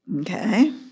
Okay